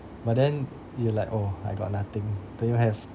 but then you like oh I got nothing don't even have